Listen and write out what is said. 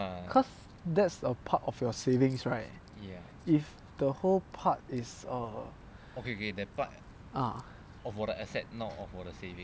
because that's a part of your savings right if the whole part is err ah